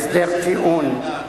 (הסדר טיעון),